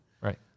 Right